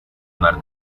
mar